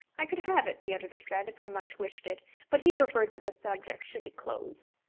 i could have it, the editor said, if i much wished it but he preferred that the subject should be closed.